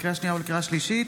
לקריאה שנייה ולקריאה שלישית: